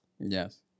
Yes